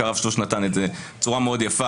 כי הרב שלוש הציג את זה בצורה מאוד יפה,